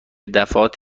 دفعات